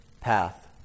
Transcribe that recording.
path